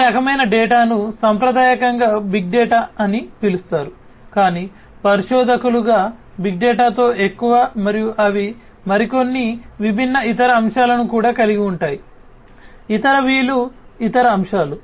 ఈ రకమైన డేటాను సాంప్రదాయకంగా బిగ్ డేటా అని పిలుస్తారు కాని పరిశోధకులుగా బిగ్ డేటాతో ఎక్కువ మరియు అవి మరికొన్ని విభిన్న ఇతర అంశాలను కూడా కలిగి ఉంటాయి ఇతర V లు ఇతర అంశాలు